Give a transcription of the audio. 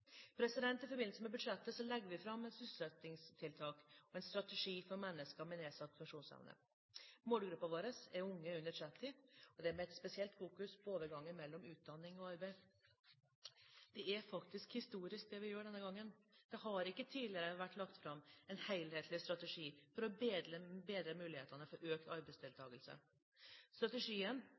I forbindelse med budsjettet legger vi fram sysselsettingstiltak og en strategi for mennesker med nedsatt funksjonsevne. Målgruppen vår er unge under 30 år, og vi fokuserer spesielt på overgangen mellom utdanning og arbeid. Det er faktisk historisk, det vi gjør denne gangen. Det har ikke tidligere vært lagt fram en helhetlig strategi for å bedre mulighetene for økt arbeidsdeltakelse. Strategien